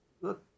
look